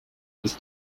ist